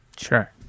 Sure